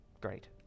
great